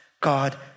God